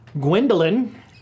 Gwendolyn